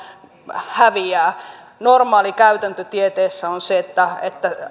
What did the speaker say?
häviävät normaali käytäntö tieteessä on se että että